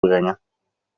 brengen